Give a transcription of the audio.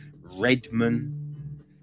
Redman